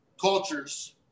cultures